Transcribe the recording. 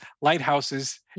lighthouses